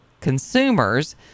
consumers